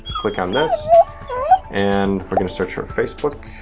click on this and we're gonna search for facebook.